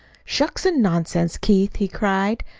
shucks and nonsense, keith! he cried.